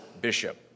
bishop